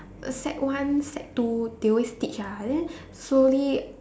sec one sec two they always teach ah then slowly